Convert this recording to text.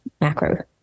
macro